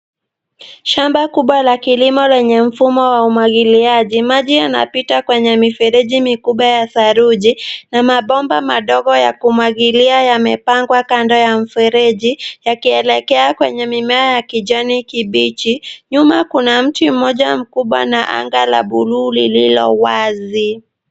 Shamba kubwa la kilimo lenye mfumo wa umwagiliaji. Maji yanapita kwenye mifereji mikubwa ya saruji na mabomba madogo ya kumwagili yamepangwa kando ya mifereji yakielekea kwenye mimea ya kijani kibichi, nyuma kuna mti mmoja mkubwa na anga la buluu lililowazi.